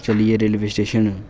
चली गे railway station